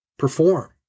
perform